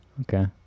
okay